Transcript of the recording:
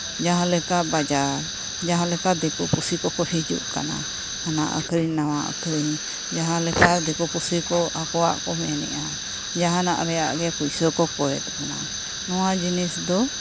ᱡᱟᱦᱟᱸ ᱞᱮᱠᱟ ᱵᱟᱡᱟᱨ ᱡᱟᱦᱟᱸ ᱞᱮᱠᱟ ᱫᱤᱠᱩ ᱯᱩᱥᱤ ᱠᱚ ᱦᱤᱡᱩᱜ ᱠᱟᱱᱟ ᱦᱟᱱᱟ ᱟᱹᱠᱷᱨᱤᱧ ᱱᱟᱣᱟ ᱟᱹᱠᱷᱨᱤᱧ ᱡᱟᱦᱟᱸ ᱞᱮᱠᱟ ᱫᱤᱠᱩ ᱯᱩᱥᱤ ᱠᱚ ᱟᱠᱚᱣᱟᱜ ᱠᱚ ᱢᱮᱱᱮᱜᱼᱟ ᱡᱟᱦᱟᱸ ᱨᱮᱭᱟᱜ ᱜᱮ ᱯᱩᱭᱥᱟᱹ ᱠᱚ ᱠᱚᱭᱮᱫ ᱵᱚᱱᱟ ᱱᱚᱣᱟ ᱡᱤᱱᱤᱥ ᱫᱚ